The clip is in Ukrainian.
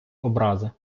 образи